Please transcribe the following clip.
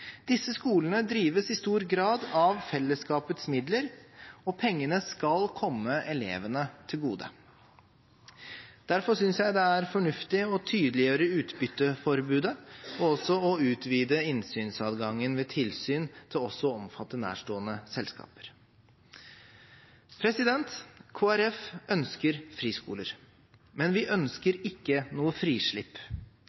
Disse skolene drives i stor grad av fellesskapets midler, og pengene skal komme elevene til gode. Derfor synes jeg det er fornuftig å tydeliggjøre utbytteforbudet og også utvide innsynsadgangen ved tilsyn til også å omfatte nærstående selskaper. Kristelig Folkeparti ønsker friskoler, men vi ønsker ikke noe frislipp.